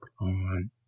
on